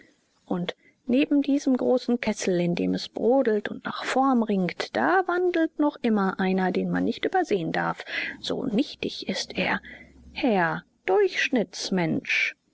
und neben diesem großen kessel in dem es brodelt und nach form ringt da wandelt noch immer einer den man nicht übersehen darf so nichtig er ist herr durchschnittsmensch